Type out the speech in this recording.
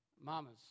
Mamas